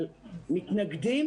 אבל מתנגדים